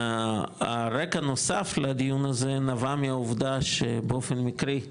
הרקע הנוסף לדיון הזה, נבע מהעובדה שבאופן מיקרי,